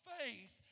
faith